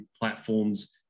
platforms